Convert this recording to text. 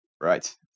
Right